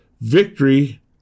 victory